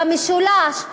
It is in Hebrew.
במשולש,